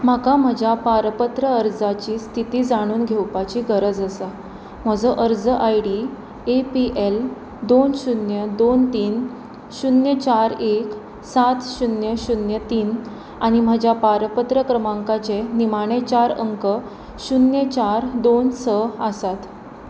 म्हाका म्हज्या पारपत्र अर्जाची स्थिती जाणून घेवपाची गरज आसा म्हजो अर्ज I D A P L दोन शुन्य दोन तीन शुन्य चार एक सात शुन्य शुन्य तीन आनी म्हज्या पारपत्र क्रमांकाचे निमाणें चार अंक शुन्य चार दोन स आसात